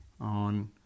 On